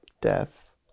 death